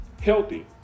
healthy